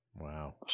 Wow